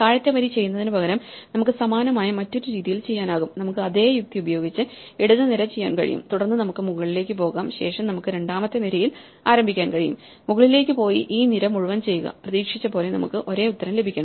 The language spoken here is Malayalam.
താഴത്തെ വരി ചെയ്യുന്നതിനുപകരം നമുക്ക് സമാനമായ മറ്റൊരു രീതിയിൽ ചെയ്യാനാകും നമുക്ക് അതേ യുക്തി ഉപയോഗിച്ചു ഇടത് നിര ചെയ്യാൻ കഴിയും തുടർന്ന് നമുക്ക് മുകളിലേക്ക് പോകാം ശേഷം നമുക്ക് രണ്ടാമത്തെ നിരയിൽ ആരംഭിക്കാൻ കഴിയും മുകളിലേയ്ക്ക് പോയി ഈ നിര മുഴുവൻ ചെയ്യുക പ്രതീക്ഷിച്ച പോലെ നമുക്ക് ഒരേ ഉത്തരം ലഭിക്കണം